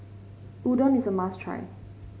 Udon is a must try